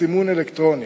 סימון אלקטרוני.